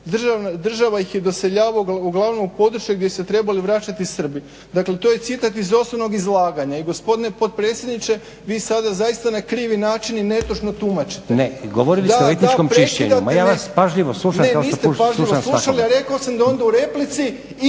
Država ih je doseljavala uglavnom u područje gdje su se trebali vraćati Srbi. Dakle to je citat iz osnovnog izlaganja i gospodine potpredsjedniče vi sada zaista na krivi način i netočno tumačite. **Stazić, Nenad (SDP)** Ne. Govorili ste u etičkom čišćenju. Pa ja vas pažljivo slušam kao što pažljivo slušam svakoga. **Đurović,